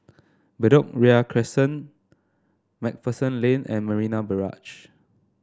Bedok Ria Crescent MacPherson Lane and Marina Barrage